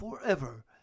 forever